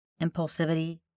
impulsivity